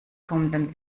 kommenden